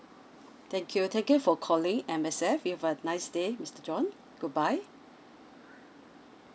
thank you thank you for calling M_S_F you have a nice day mister john goodbye